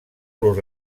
los